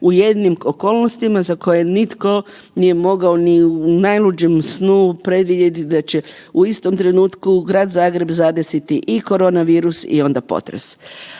u jednim okolnostima za koje nitko nije mogao ni u najluđem snu predvidjeti da će u istom trenutku Grad Zagreb zadesiti i koronavirus i onda potres.